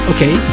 Okay